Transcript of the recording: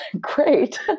great